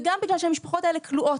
וגם בגלל שהמשפחות האלה כלואות.